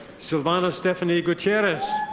savannah stephanie gutierrez.